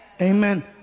Amen